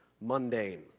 mundane